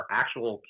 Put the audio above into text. actual